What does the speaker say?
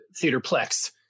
theaterplex